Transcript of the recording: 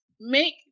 Make